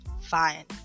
fine